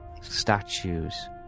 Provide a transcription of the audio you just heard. statues